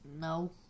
no